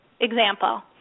example